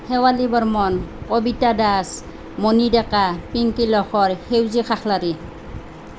Sewali Barman Kabita Das Moni Deka Pinky Lahkar Seuji Khakhlari